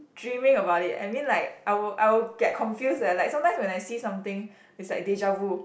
dreaming about it I mean like I will I will get confused eh like sometimes when I see something it's like deja-vu